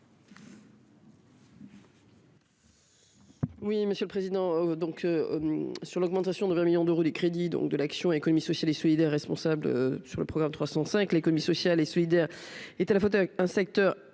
Oui, monsieur le président, donc sur l'augmentation de 20 millions d'euros des crédits, donc de l'action et l'économie sociale et solidaire, responsable sur le programme 305 l'économie sociale et solidaire et la fauteuil un secteur déjà un